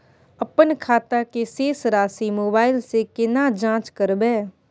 अपन खाता के शेस राशि मोबाइल से केना जाँच करबै?